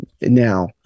now